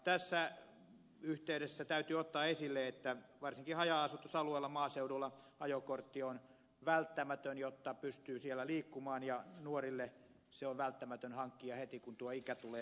tässä yhteydessä täytyy ottaa esille että varsinkin haja asutusalueilla maaseudulla ajokortti on välttämätön jotta pystyy siellä liikkumaan ja nuorille se on välttämätön hankkia heti kun tuo ikä tulee täyteen